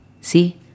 See